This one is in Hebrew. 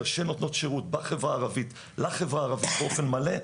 שנותנות שירות בחברה הערבית לחברה הערבית באופן מלא,